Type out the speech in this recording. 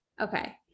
okay